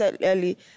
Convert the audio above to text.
early